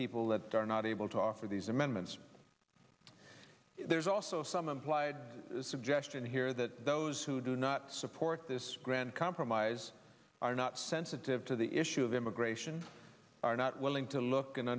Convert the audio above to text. people that are not able to offer these amendments there's also some implied suggestion here that those who do not support this grand compromise are not sensitive to the issue of immigration are not willing to look and